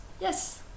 yes